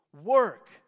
Work